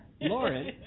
Lauren